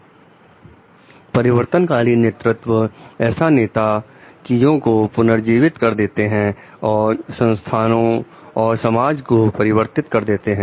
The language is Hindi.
Refer Slide Time 1133 परिवर्तनकारी नेतृत्व ऐसे नेता चीजों को पुनर्जीवित कर देते हैं और संस्थाओं और समाज को परिवर्तित कर देते हैं